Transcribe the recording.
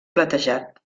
platejat